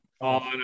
on